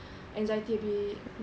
anxiety a bit